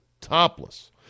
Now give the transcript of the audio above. topless